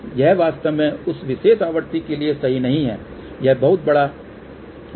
यह वास्तव में उस विशेष आवृत्ति के लिये सही नहीं है यह बहुत बड़ा होगा